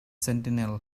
centennial